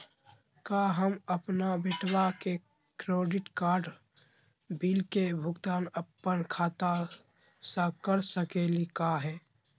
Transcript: का हम अपन बेटवा के क्रेडिट कार्ड बिल के भुगतान अपन खाता स कर सकली का हे?